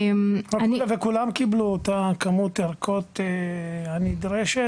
וכולם קיבלו את כמות הערכות הנדרשת,